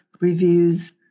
reviews